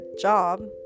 job